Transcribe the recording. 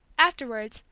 afterwards,